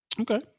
Okay